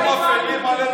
היו מפעילים,